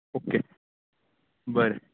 okay बरें